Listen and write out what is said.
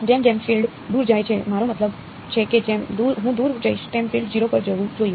જેમ જેમ ફીલ્ડ દૂર જાય છે મારો મતલબ છે કે જેમ હું દૂર જઈશ તેમ ફીલ્ડ 0 પર જવું જોઈએ